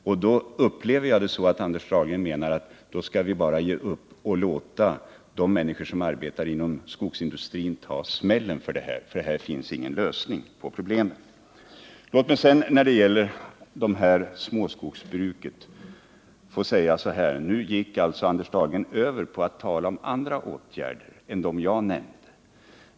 Men jag upplever det som att han menar att vi bara skall ge upp och låta de människor som arbetar inom skogsindustrin ta smällen, för det finns ingen lösning på problemet. När det gäller de små skogsbruken gick Anders Dahlgren över till att tala om andra åtgärder än dem jag nämnde.